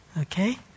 Okay